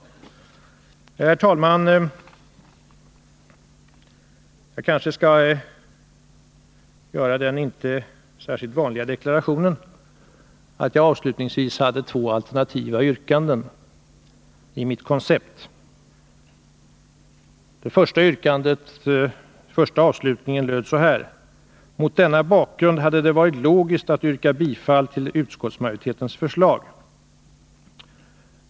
Herr talman! Jag skall göra den kanske inte särskilt vanliga deklarationen att jag i mitt koncept hade två alternativa yrkanden. Den första avslutningen har följande lydelse: ”Mot denna bakgrund hade det varit logiskt att yrka bifall till utskottsmajoritetens förslag.